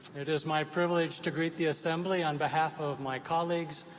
it is my privilege to greet the assembly on behalf of my colleagues.